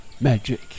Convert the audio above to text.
Magic